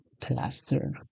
plaster